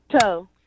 Toe